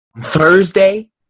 Thursday